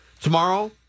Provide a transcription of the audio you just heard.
Tomorrow